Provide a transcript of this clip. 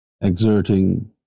exerting